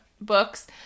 books